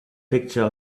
picture